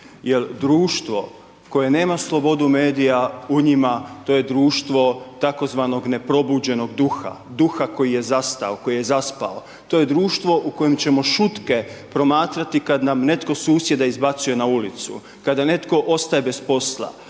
jer društvo koje nema slobodu medija u njima, to je društvo tzv. neprobuđenog duha, duha koji je zastao, koji je zaspao, to je društvo u kojem ćemo šutke promatrati kad nam netko susjeda izbacuje na ulicu, kada netko ostaje bez posla